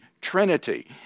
Trinity